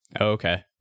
Okay